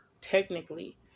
technically